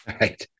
right